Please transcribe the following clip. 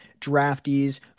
draftee's